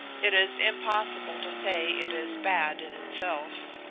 it is impossible to say it is bad in itself.